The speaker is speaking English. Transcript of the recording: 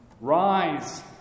Rise